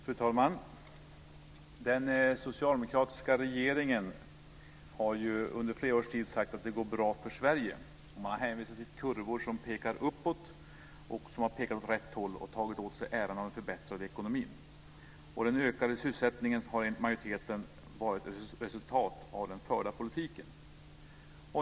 Fru talman! Den socialdemokratiska regeringen har under flera års tid sagt att det går bra för Sverige. Man hänvisar till kurvor som pekar uppåt - åt rätt håll - och man har tagit åt sig äran av den förbättrade ekonomin. Den ökade sysselsättningen har enligt majoriteten varit ett resultat av den förda politiken.